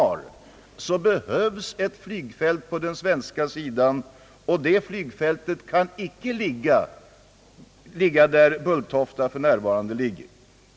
Under alla omständigheter behövs ett flygfält på den svenska sidan, och det kan inte ligga där Bulltofta för närvarande ligger.